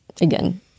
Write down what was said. again